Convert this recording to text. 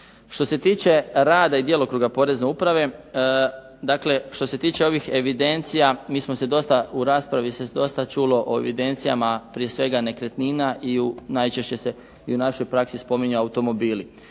Što se tiče rada i djelokruga Porezne uprave, dakle što se tiče ovih evidencija mi smo se dosta, u raspravi se dosta čulo o evidencijama, prije svega nekretnina i najčešće se i u našoj praksi spominju automobili.